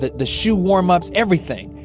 the the shoe warmups everything.